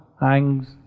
hangs